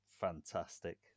fantastic